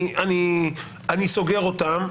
אני סוגר אותם,